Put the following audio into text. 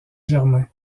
germain